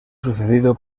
sucedido